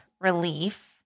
relief